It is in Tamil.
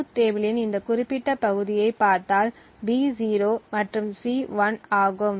ட்ரூத் டேபிளின் இந்த குறிப்பிட்ட பகுதியைப் பார்த்தால் B 0 மற்றும் C 1 ஆகும்